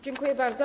Dziękuję bardzo.